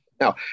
Now